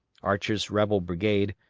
archer's rebel brigade,